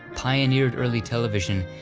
pioneered early television,